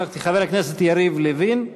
חבר הכנסת יריב לוין,